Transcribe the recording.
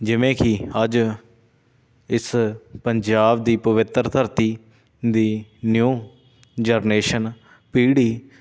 ਜਿਵੇਂ ਕਿ ਅੱਜ ਇਸ ਪੰਜਾਬ ਦੀ ਪਵਿੱਤਰ ਧਰਤੀ ਦੀ ਨਿਊ ਜ਼ਰਨੇਸ਼ਨ ਪੀੜ੍ਹੀ